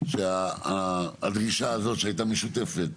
שהדרישה הזאת שהיתה משותפת